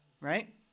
right